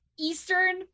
Eastern